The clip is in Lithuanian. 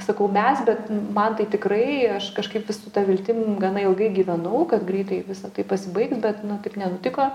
sakau mes bet man tai tikrai aš kažkaip vis su ta viltim gana ilgai gyvenau kad greitai visa tai pasibaigs bet nu taip nenutiko